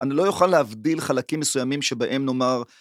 אני לא יוכל להבדיל חלקים מסוימים שבהם נאמר...